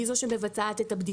היא זו שמבצעת את הבדיקות,